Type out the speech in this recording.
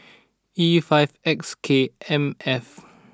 E five X K M F